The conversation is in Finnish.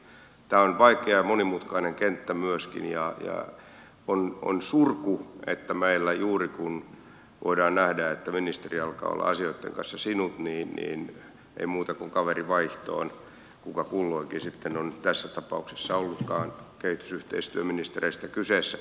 tämä on vaikea ja monimutkainen kenttä myöskin ja on surku että meillä juuri kun voidaan nähdä että ministeri alkaa olla asioitten kanssa sinut niin ei muuta kuin kaveri vaihtoon kuka kulloinkin sitten on tässä tapauksessa ollutkaan kehitysyhteistyöministereistä kyseessä